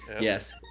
yes